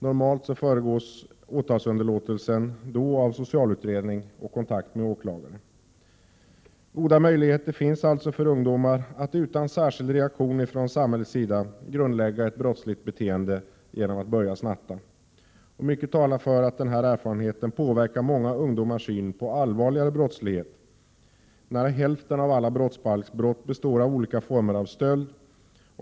Normalt föregås åtalsunderlåtelsen av socialutredning och kontakt med åklagare. Goda möjligheter finns alltså för ungdomar att utan särskild reaktion från samhällets sida grundlägga ett brottsligt beteende genom att börja snatta. Mycket talar för att den erfarenheten påverkar många ungdomars syn på allvarligare brottslighet. Nära hälften av alla brottsbalksbrott består av olika former av stöld.